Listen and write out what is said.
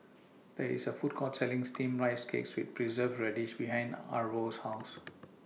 There IS A Food Court Selling Steamed Rice Cake with Preserved Radish behind Arvo's House